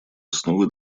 основы